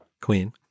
Queen